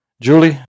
Julie